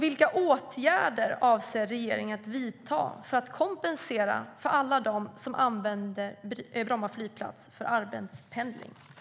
Vilka åtgärder avser regeringen att vidta för att kompensera alla dem som använder Bromma flygplats för arbetspendling?